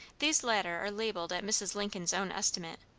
these latter are labelled at mrs. lincoln's own estimate,